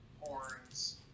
horns